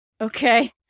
Okay